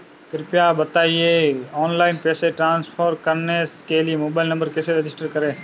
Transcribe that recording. कृपया बताएं ऑनलाइन पैसे ट्रांसफर करने के लिए मोबाइल नंबर कैसे रजिस्टर करें?